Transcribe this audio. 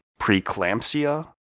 preeclampsia